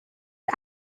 was